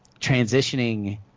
transitioning